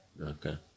Okay